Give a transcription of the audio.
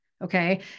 Okay